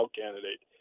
candidate